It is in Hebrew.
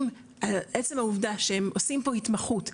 עם עצם העובדה שהם עושים פה התמחות,